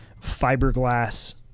fiberglass